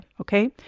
Okay